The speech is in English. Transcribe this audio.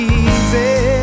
easy